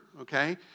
okay